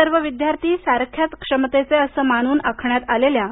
सर्व विद्यार्थी सारख्याच क्षमतेचे असं मानून आखण्यात आलेल्या